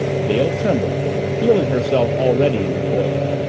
dale trembled, feeling herself already in the toils.